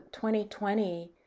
2020